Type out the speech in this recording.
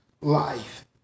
life